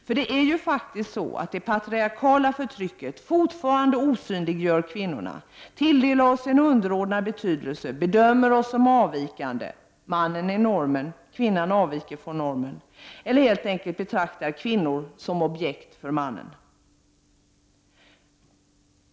För det är ju faktiskt så att det patrialkaliska förtrycket fortfarande osynliggör kvinnorna, tilldelar oss en underordnad betydelse, bedömer oss som avvikande — mannen är normen, kvinnan avviker från normen -— eller helt enkelt betraktar kvinnor som objekt för mannen.